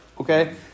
Okay